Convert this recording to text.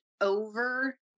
over